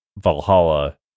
Valhalla